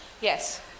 Yes